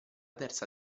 terza